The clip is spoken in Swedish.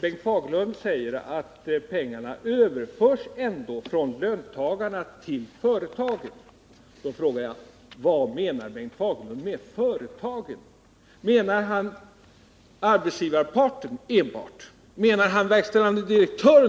Bengt Fagerlund vidhåller att pengarna överförs från löntagarna till företagen. Då frågar jag: Vad menar Bengt Fagerlund med företag i det här sammanhanget? Menar han enbart arbetsgivarparten? Menar han enbart verkställande direktören?